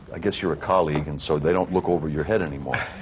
i guess you're a colleague, and so they don't look over your head any more.